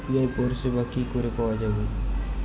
UPI পরিষেবা কি করে পাওয়া যাবে?